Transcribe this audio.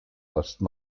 osten